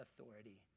authority